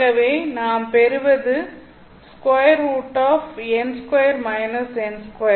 ஆகவே நான் பெறுவது √n 2 - n 2